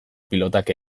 pilotak